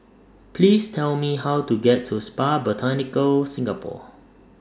Please Tell Me How to get to Spa Botanica Singapore